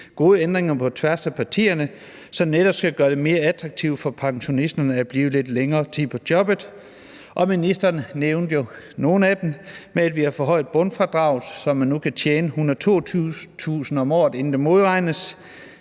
gode ændringer på tværs af partierne, som netop skal gøre det mere attraktivt for pensionisterne at blive lidt længere tid på jobbet. Ministeren nævnte jo nogle af dem: Vi har forhøjet bundfradraget, så man nu kan tjene 122.000 kr. om året, inden det modregnes,